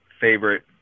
favorite